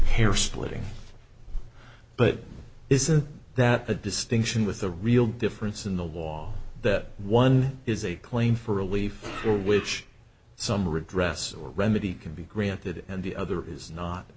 hairsplitting but isn't that a distinction with a real difference in the wall that one is a claim for relief which some redress or remedy can be granted and the other is not